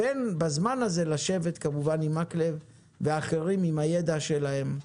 בזמן הזה כמובן לשבת עם מקלב ואחרים עם הידע שלהם.